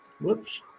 whoops